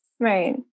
right